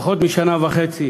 פחות משנה וחצי